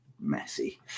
messy